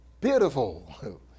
Beautiful